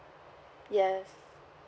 yes